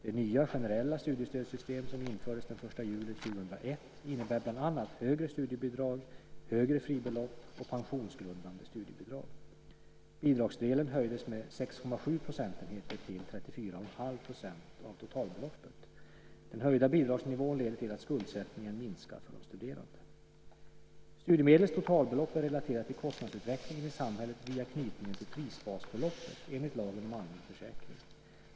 Det nya generella studiestödssystem som infördes den 1 juli 2001 innebär bland annat högre studiebidrag, högre fribelopp och pensionsgrundande studiebidrag. Bidragsdelen höjdes med 6,7 procentenheter till 341⁄2 % av totalbeloppet. Den höjda bidragsnivån leder till att skuldsättningen minskar för de studerande. Studiemedlets totalbelopp är relaterat till kostnadsutvecklingen i samhället via knytning till prisbasbeloppet enligt lagen om allmän försäkring.